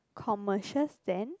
commercial stand